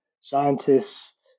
scientists